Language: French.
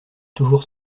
toujours